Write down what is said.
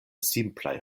simplaj